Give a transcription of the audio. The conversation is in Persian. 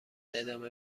ادامه